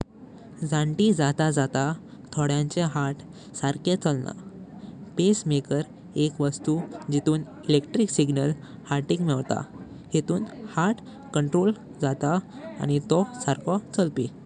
जांतिं जातां जातां तोड्यांचे हार्ट सारखे चालना। पेसमेकर एक वस्तु जेथून इलेक्ट्रिक सिग्नल हार्टक मेवता। हिथून हार्ट कंट्रोल जात की तो सारको चालपी